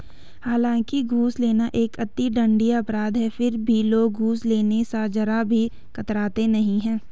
हालांकि घूस लेना एक अति दंडनीय अपराध है फिर भी लोग घूस लेने स जरा भी कतराते नहीं है